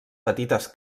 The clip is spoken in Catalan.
petites